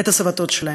את הסבתות שלהם.